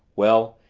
well,